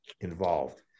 involved